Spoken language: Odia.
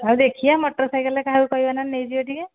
ହଉ ଦେଖିବା ମଟର୍ସାଇକେଲ୍ରେ କାହାକୁ କହିବା ନହେଲେ ନେଇଯିବ ଟିକିଏ